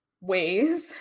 ways